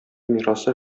мирасы